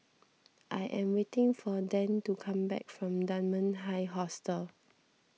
I am waiting for Dan to come back from Dunman High Hostel